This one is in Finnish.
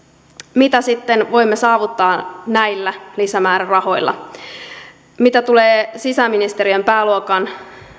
mitä sitten voimme saavuttaa näillä lisämäärärahoilla mitä tulee sisäministeriön pääluokan